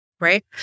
Right